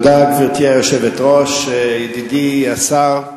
גברתי היושבת-ראש, תודה, ידידי השר,